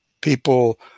people